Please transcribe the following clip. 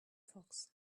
fox